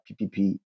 PPP